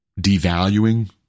devaluing